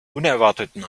unerwarteten